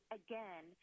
again